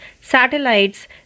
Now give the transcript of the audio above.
satellites